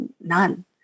None